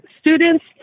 students